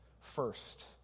first